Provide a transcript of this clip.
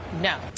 no